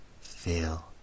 feel